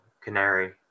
canary